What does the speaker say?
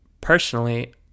personally